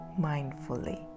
mindfully